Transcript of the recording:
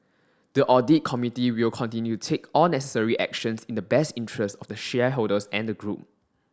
the audit committee will continue to take all necessary actions in the best interests of the shareholders and the group